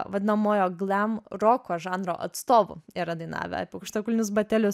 vadinamojo glam roko žanro atstovų yra dainavę apie aukštakulnius batelius